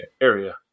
area